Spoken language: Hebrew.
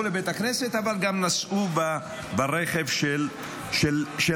לבית הכנסת אבל גם נסעו ברכב של הדודה.